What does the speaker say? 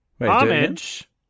Homage